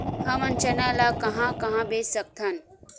हमन चना ल कहां कहा बेच सकथन?